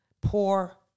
poor